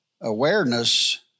awareness